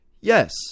Yes